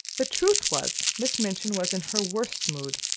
the truth was, miss minchin was in her worst mood.